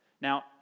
Now